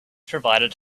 provided